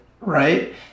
Right